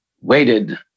waited